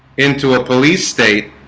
into a police state